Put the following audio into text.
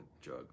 jug